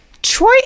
Troy